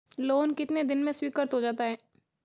Loan कितने दिन में स्वीकृत हो जाता है?